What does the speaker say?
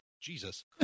jesus